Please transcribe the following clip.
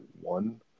one